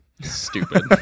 stupid